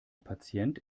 patient